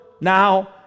now